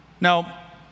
Now